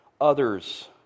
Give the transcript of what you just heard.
others